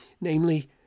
namely